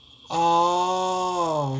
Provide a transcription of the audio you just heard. orh